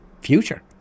future